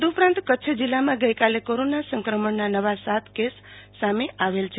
તદુપરાંત કચ્છ જિલ્લામાં ગઈકાલે કોરોના સંક્રમણના નવા સાત કેસ સામે આવેલ છે